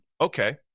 Okay